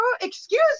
excuse